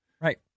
Right